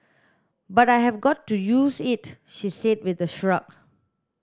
but I have got used to it she said with a shrug